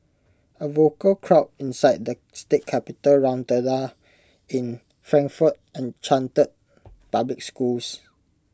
A vocal crowd inside the state capitol rotunda in Frankfort and chanted public schools